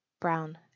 Brown